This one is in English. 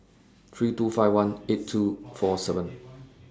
three two five one eight two four seven